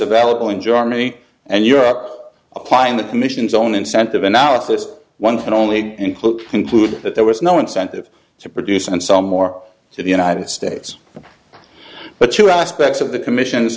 available in germany and europe applying the commission's own incentive analysis one can only include conclude that there was no incentive to produce and some more to the united states but to aspects of the commission